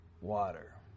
water